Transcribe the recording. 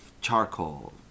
charcoal